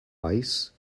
ice